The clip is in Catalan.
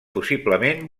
possiblement